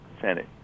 Senate